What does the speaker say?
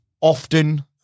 often